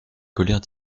colère